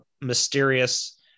mysterious